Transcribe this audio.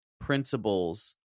principles